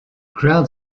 crowd